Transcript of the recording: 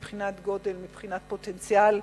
מבחינת גודל, מבחינת פוטנציאל.